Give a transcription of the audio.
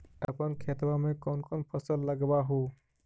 अपन खेतबा मे कौन कौन फसल लगबा हू?